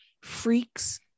freaks